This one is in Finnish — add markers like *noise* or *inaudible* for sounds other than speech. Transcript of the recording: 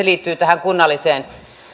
*unintelligible* liittyy kunnalliseen